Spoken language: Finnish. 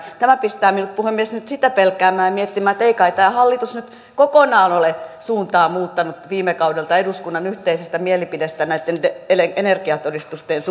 tämä pistää minut nyt puhemies pelkäämään ja miettimään sitä että ei kai tämä hallitus nyt kokonaan ole suuntaa muuttanut viime kaudelta eduskunnan yhteisestä mielipiteestä näiden energiatodistusten suhteen